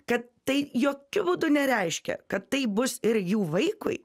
kad tai jokiu būdu nereiškia kad tai bus ir jų vaikui